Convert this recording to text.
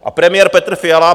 A premiér Petr Fiala?